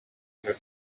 үһү